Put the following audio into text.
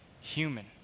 human